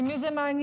את מי זה מעניין?